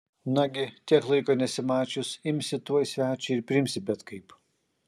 nagi tiek laiko nesimačius imsi tuoj svečią ir priimsi bet kaip